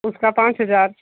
उसका पाँच हज़ार